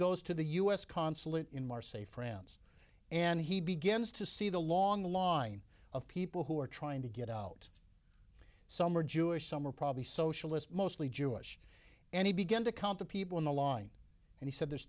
goes to the u s consulate in mar say france and he begins to see the long line of people who are trying to get out some are jewish some are probably socialist mostly jewish and he began to count the people in the line and he said there's